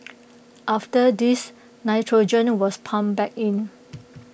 after this nitrogen was pumped back in